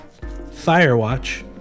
Firewatch